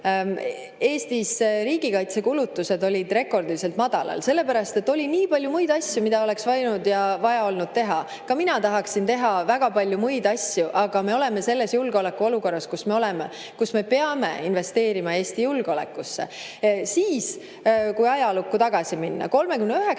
Eesti riigikaitsekulutused olid rekordiliselt madalal, sellepärast et oli nii palju muid asju, mida oleks võinud ja vaja olnud teha. Ka mina tahaksin teha väga palju muid asju, aga me oleme selles julgeolekuolukorras, kus me oleme, ja me peame investeerima Eesti julgeolekusse. Kui veel ajalukku tagasi minna, siis